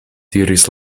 diris